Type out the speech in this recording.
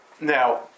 Now